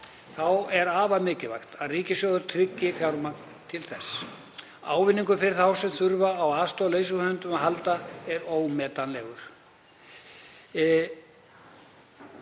Þá er afar mikilvægt að ríkissjóður tryggi fjármagn til þessa. Ávinningurinn fyrir þá sem þurfa á aðstoð leiðsöguhunda að halda er óumdeilanlegur.